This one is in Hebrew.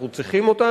אנחנו צריכים אותם.